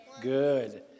Good